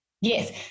Yes